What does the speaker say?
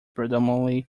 predominantly